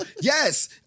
Yes